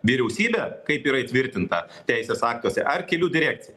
vyriausybė kaip yra įtvirtinta teisės aktuose ar kelių direkcija